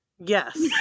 Yes